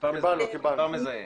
מספר מזהה.